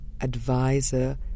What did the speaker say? advisor